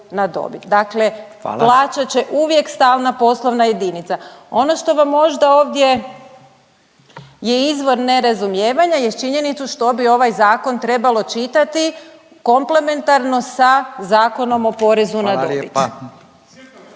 Hvala./... uvijek stalna poslovna jedinica. Ono što vam možda ovdje je izvor nerazumijevanja jest činjenicu što bi ovaj Zakon trebalo čitati komplementarno sa Zakonom o porezu na dobit. **Radin,